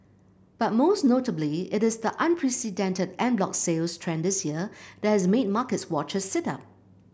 but most notably it is the unprecedented en bloc sales trend this year that has made market watchers sit up